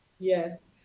Yes